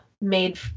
made